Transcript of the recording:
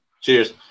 Cheers